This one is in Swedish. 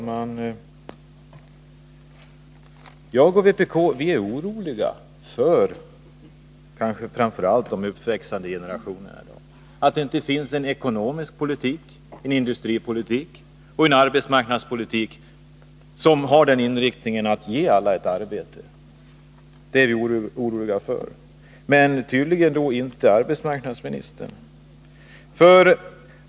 Fru talman! Jag och vpk är oroliga med tanke på framför allt dagens uppväxande generation. Det finns inte en ekonomisk politik, en industripolitik och en arbetsmarknadspolitik som är inriktad på att ge alla ett arbete, och det är vi oroliga för. Men arbetsmarknadsministern är tydligen inte orolig.